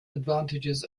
advantages